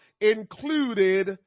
included